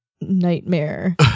nightmare